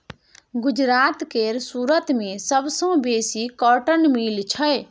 गुजरात केर सुरत मे सबसँ बेसी कॉटन मिल छै